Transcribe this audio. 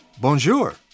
Bonjour